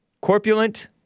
corpulent